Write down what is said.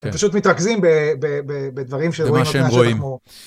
פשוט מתרכזים בדברים ש.., במה שהם רואים.